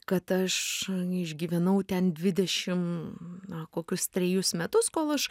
kad aš neišgyvenau ten dvidešim na kokius trejus metus kol aš